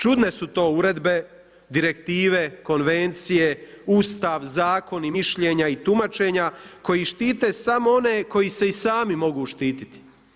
Čudne su to uredbe, direktive, konvencije, Ustav, zakon i mišljenja i tumačenja koji štite samo one koji se i sami mogu štitit.